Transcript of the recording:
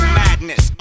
madness